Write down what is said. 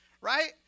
Right